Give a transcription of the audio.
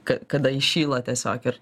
ka kada įšyla tiesiog ir